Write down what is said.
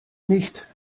nicht